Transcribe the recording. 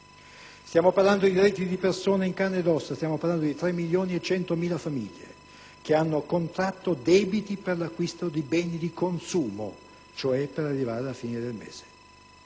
Stiamo parlando di redditi di persone in carne ed ossa, di 3.100.000 famiglie che hanno contratto debiti per l'acquisto di beni di consumo, cioè per arrivare alla fine del mese.